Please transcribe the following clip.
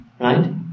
Right